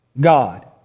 God